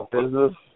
Business